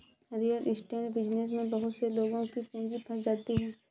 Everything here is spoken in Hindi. रियल एस्टेट बिजनेस में बहुत से लोगों की पूंजी फंस जाती है